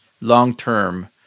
long-term